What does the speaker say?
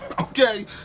Okay